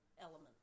element